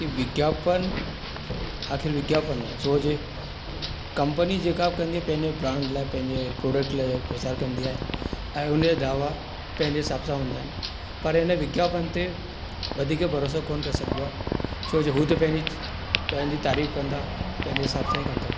की विज्ञापन आख़िरि विज्ञापन आहे छो जे कंपनी जेका बि कंदी आहे पंहिंजे प्राण लाइ पंहिंजे प्रोडक्ट लाइ प्रचार कंदी आहे ऐं हुनजे दावा पंहिंजे हिसाब सां हूंदा आहिनि पर हिन विज्ञापन ते वधीक भरोसो कोन करे सघिबो आहे छो जो हू त पंहिंजे पंहिंजी तारीफ़ कंदा पंहिंजे हिसाब सां ई कंदा